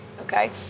Okay